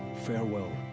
farewell,